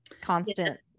constant